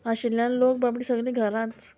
आशिल्ल्यान लोक बाबडीं सगळीं घरांच